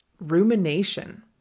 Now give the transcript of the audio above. rumination